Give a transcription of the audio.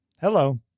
Hello